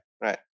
Right